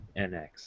NX